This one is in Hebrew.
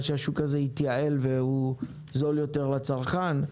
שהשוק הזה התייעל והוא זול יותר לצרכן.